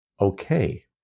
okay